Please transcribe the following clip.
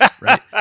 Right